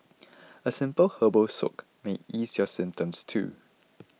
a simple herbal soak may ease your symptoms too